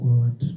God